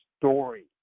story